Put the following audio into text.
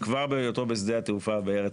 כבר בהיותו בשדה התעופה בארץ